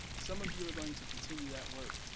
some of you are going to continue that work.